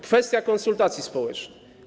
Kwestia konsultacji społecznych.